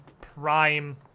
prime